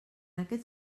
aquest